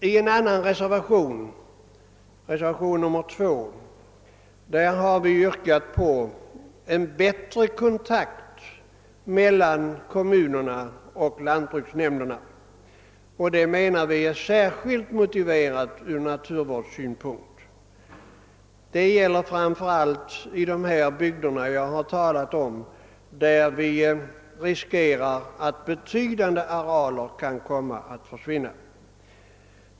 I reservationen 2 har vi yrkat på en bättre kontakt mellan kommunerna och lantbruksnämnderna, något som vi anser vara särskilt motiverat ur naturvårdssynpunkt. Det gäller framför allt de bygder jag talat om, där risk föreligger att betydande arealer kan komma att försvinna.